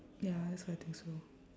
ya that's why I think so